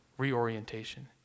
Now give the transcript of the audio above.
reorientation